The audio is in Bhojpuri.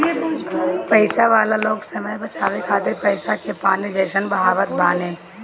पईसा वाला लोग समय बचावे खातिर पईसा के पानी जइसन बहावत बाने